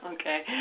okay